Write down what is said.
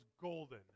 golden